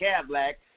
Cadillac